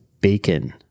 bacon